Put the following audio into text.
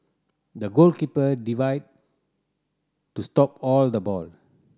the goalkeeper divide to stop all the ball